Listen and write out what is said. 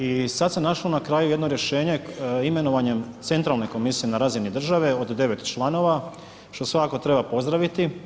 I sad se našlo na kraju jedno rješenje imenovanjem centralne komisije na razini države od 9 članova, što svakako treba pozdraviti.